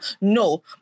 No